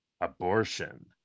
abortion